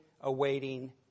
awaiting